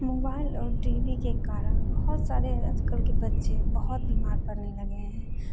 mobile और T V के कारण बहुत सारे आज कल के बच्चे बहुत बीमार पड़ने लगे हैं